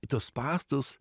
į tuos spąstus